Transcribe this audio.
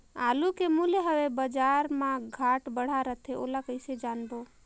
आलू के मूल्य हवे बजार मा घाट बढ़ा रथे ओला कइसे जानबो?